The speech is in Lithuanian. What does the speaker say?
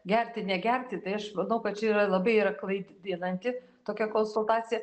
gerti negerti tai aš manau kad čia yra labai yra klaidinanti tokia konsultacija